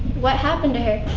what happened to her?